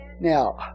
Now